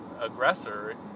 aggressor